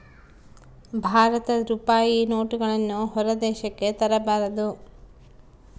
ಭಾರತದ ರೂಪಾಯಿ ನೋಟುಗಳನ್ನು ಹೊರ ದೇಶಕ್ಕೆ ತರಬಾರದು